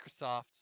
Microsoft